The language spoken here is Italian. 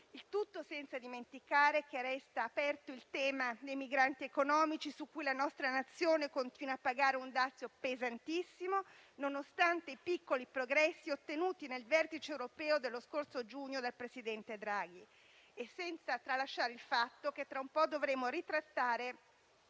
Il tutto senza dimenticare che resta aperto il tema dei migranti economici, su cui la nostra Nazione continua a pagare un dazio pesantissimo, nonostante i piccoli progressi ottenuti nel vertice europeo dello scorso giugno dal presidente Draghi. E senza tralasciare il fatto che a breve dovremo ritrattare